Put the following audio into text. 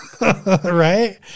right